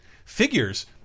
figures